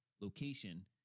location